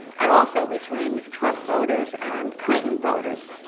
and also between trump voters and clinton voters.